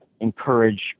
encourage